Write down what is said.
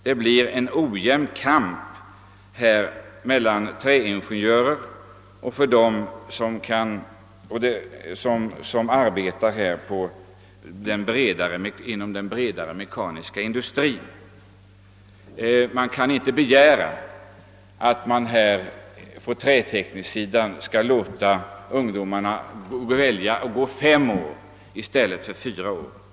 Det blir en ojämn kamp mellan träingenjörer och dem som arbetar inom den bredare mekaniska industrin. Man kan inte begära att ungdomar som vill välja trätekniken skall gå under utbildning fem år i stället för fyra.